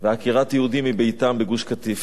ועקירת יהודים מביתם בגוש-קטיף,